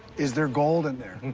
is there gold in there?